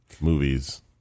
movies